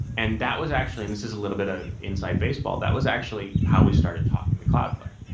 and that was actually this is a little bit of inside baseball. that was actually how we started talking to cloudflare.